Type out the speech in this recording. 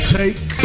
take